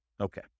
Okay